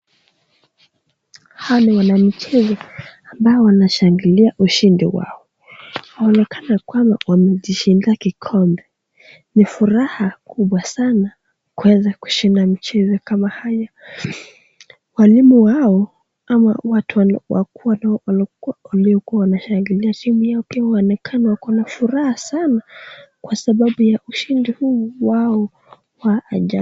Hawa ni wanamichezo ambnao wanashangilia ushindi wao, wanaonekana kuwa wamejishindia kikombe. Ni furaha kubwa sana kuweza kushinda mchezo kama haya. Walimu wao ama waliokua wanashangilia wanaonekana kua wana furaha sana kwa sababu ya ushindi huu wao wa ajabu.